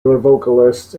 vocalists